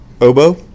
Oboe